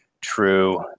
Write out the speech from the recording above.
true